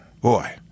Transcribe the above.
boy